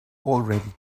already